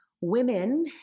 Women